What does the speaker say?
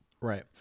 right